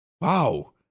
wow